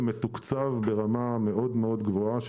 זה מתוקצב ברמה מאוד מאוד גבוהה.